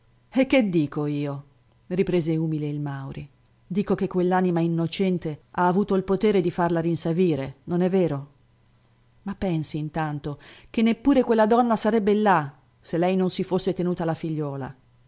e che dico io riprese umile il mauri dico che quell'anima innocente ha avuto il potere di farla rinsavire non è vero ma pensi intanto che neppure quella donna sarebbe là se lei non si fosse tenuta la figliuola